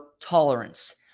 tolerance